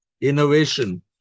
innovation